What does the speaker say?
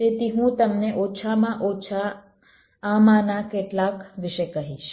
તેથી હું તમને ઓછામાં ઓછા આમાંના કેટલાક વિશે કહીશ